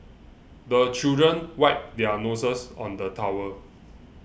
the children wipe their noses on the towel